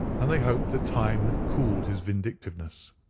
and they hoped that time had cooled his vindictiveness.